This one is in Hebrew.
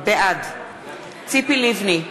בעד ציפי לבני,